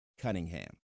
Cunningham